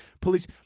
police